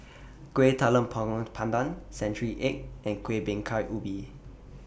Kuih Talam Tepong Pandan Century Egg and Kueh Bingka Ubi